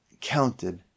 counted